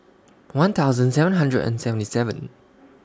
one thousand seven hundred and seventy seven